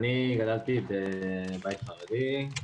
אני גדלתי בבית חרדי,